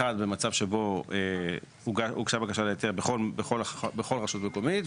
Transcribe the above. הראשון הוא במצב שבו הוגשה בקשה להיתר בכל רשות מקומית,